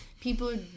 People